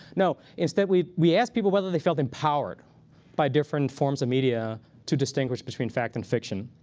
no. instead we we asked people whether they felt empowered by different forms of media to distinguish between fact and fiction.